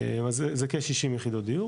אז זה כשישים יחידות דיור